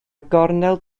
gornel